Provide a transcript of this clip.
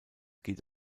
geht